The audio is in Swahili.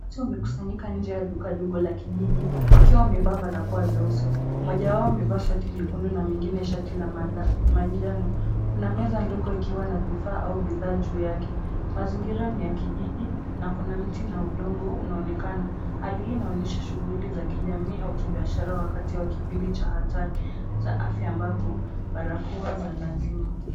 Watu wamekusanyika nje ya duka dogo la kijiji, wakiwa wamevaa barakoa za uso. Mmoja wao amevaa shati jekundu na mwingine shati la manjano. Kuna meza ndogo ikiwa na vifaa au bidhaa juu yake. Mazingira ni ya kijiji, na kuna mti na udongo unaonekana. Hali hii inaonyesha shughuli za kijamii au kibiashara wakati wa kipindi cha hatari za afya ambapo barakoa za lazima.